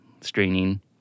straining